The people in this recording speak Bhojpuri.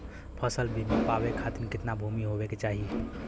फ़सल बीमा पावे खाती कितना भूमि होवे के चाही?